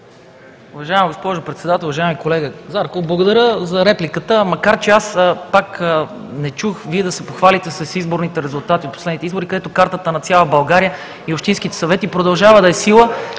Уважаема госпожо Председател! Уважаеми колега Зарков, благодаря за репликата, макар че аз пак не чух Вие да се похвалите с изборните резултати от последните избори, където картата на цяла България и общинските съвети продължава да е в сила.